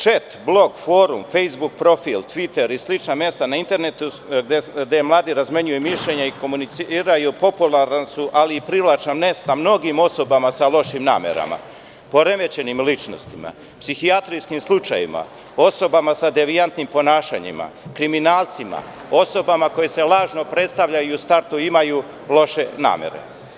Čet, blog forum, Fejsbuk profil, Tviter i slična mesta na internetu, gde mladi razmenjuju mišljenja i komuniciraju, popularna su, ali i privlačna mesta mnogim osobama sa lošim namerama, poremećenim ličnostima, psihijatrijskim slučajevima, osobama sa devijantnim ponašanjima, kriminalcima, osobama koje se lažno predstavljaju i u startu imaju loše namere.